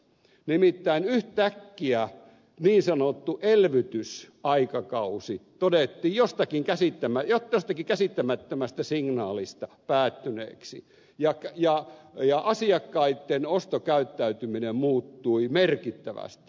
nimittäin yhtäkkiä niin sanottu elvytysaikakausi todettiin jostakin käsittämättömästä signaalista päättyneeksi ja asiakkaitten ostokäyttäytyminen muuttui merkittävästi